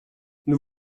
nous